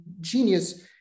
genius